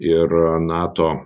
ir nato